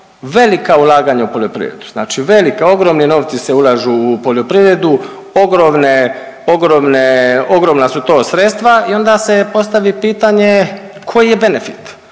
velika ulaganja u poljoprivredu. Znači velika, ogromni novci se ulažu u poljoprivredu, ogromne, ogromne, ogromna su to sredstva i onda se postavi pitanje koji je benefit.